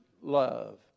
love